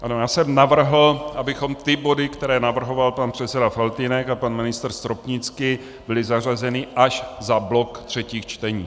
Ano, já jsem navrhl, abychom ty body, které navrhoval pan předseda Faltýnek a pan ministr Stropnický, byly zařazeny až za blok třetích čtení.